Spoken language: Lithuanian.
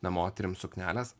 na moterim suknelės